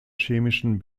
chemischen